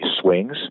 swings